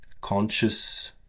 conscious